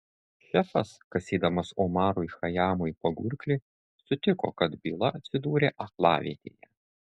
šefas kasydamas omarui chajamui pagurklį sutiko kad byla atsidūrė aklavietėje